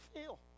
feel